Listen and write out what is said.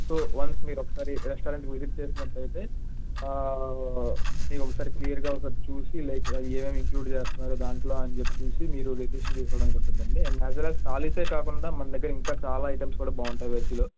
so once మీరు ఒకసారి రెస్టారెంట్కి విజిట్ చేసినట్టు అయితే మీరు ఒకసారి క్లియర్గా ఒకసారి చూసి లైక్ ఏమేమి ఇంక్లూడ్ చేస్తున్నారో దాంట్లో అని చెప్పి చూసి మీరు డెసిషన్ తీసుకోవడానికి ఉంటుంది అండి and as well as thalis కాకుండా మన దగ్గర ఇంకా చాలా ఐటెమ్స్ బాగుంటాయి వెజ్లో